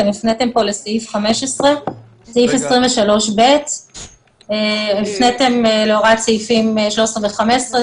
אתם הפניתם פה לסעיף 15. סעיף 23ב. הפניתם להוראת סעיפים 13 ו-15.